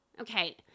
Okay